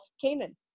Canaan